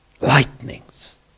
Lightnings